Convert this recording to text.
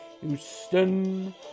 Houston